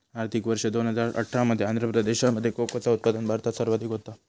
आर्थिक वर्ष दोन हजार अठरा मध्ये आंध्र प्रदेशामध्ये कोकोचा उत्पादन भारतात सर्वाधिक होता